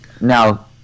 Now